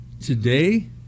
Today